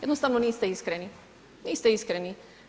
Jednostavno niste iskreni, niste iskreni.